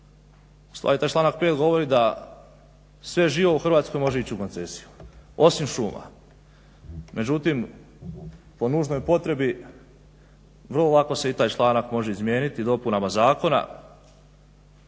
Ustvari taj članak 5. govori da sve živo u Hrvatskoj može ići u koncesiju osim šuma. Međutim, po nužnoj potrebni vrlo lako se i taj članak može izmijeniti dopunama zakona.